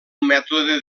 mètode